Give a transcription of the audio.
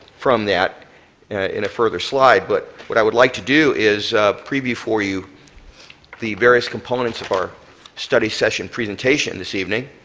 from that in a further slide. but what i would like to do is preview for you the various components of our study session presentation this evening.